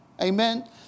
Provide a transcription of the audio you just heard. Amen